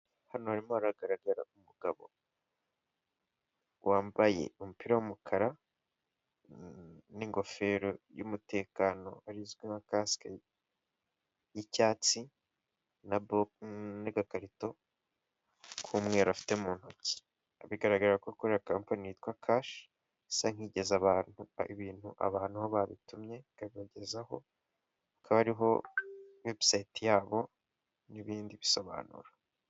Intebe zo kwegamiraho ziriho udusego tw'umukara aho bicaraho, hamwe n'ameza bikozwe mu biti bikaba bikorwa n'abakora umwuga wo kubaza ba bikozwe mu mbaho ziba zavuye mu biti, bikaba byifashishwa mu gufata amafunguro.